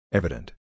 evident